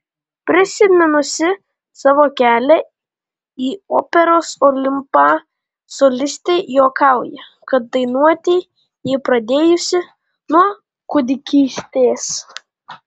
prisiminusi savo kelią į operos olimpą solistė juokauja kad dainuoti ji pradėjusi nuo kūdikystės